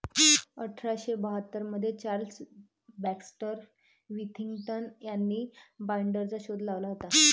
अठरा शे बाहत्तर मध्ये चार्ल्स बॅक्स्टर विथिंग्टन यांनी बाईंडरचा शोध लावला होता